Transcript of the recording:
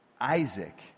Isaac